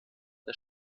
der